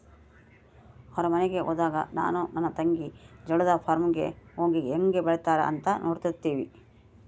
ಅವರ ಮನೆಗೆ ಹೋದಾಗ ನಾನು ನನ್ನ ತಂಗಿ ಜೋಳದ ಫಾರ್ಮ್ ಗೆ ಹೋಗಿ ಹೇಂಗೆ ಬೆಳೆತ್ತಾರ ಅಂತ ನೋಡ್ತಿರ್ತಿವಿ